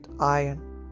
iron